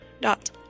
dot